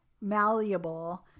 malleable